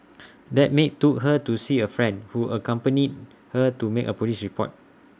that maid took her to see A friend who accompanied her to make A Police report